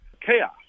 chaos